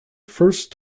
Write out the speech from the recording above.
first